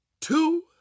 two